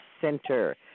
Center